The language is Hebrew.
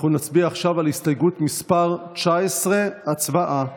נצביע עכשיו על הסתייגות מס' 19. הצבעה.